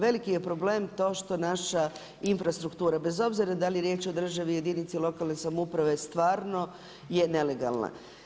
Veliki je problem to što naša infrastruktura bez obzira da li je riječ o državi, jedinici lokalne samouprave stvarno je nelegalna.